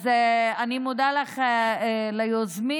אז אני מודה ליוזמים,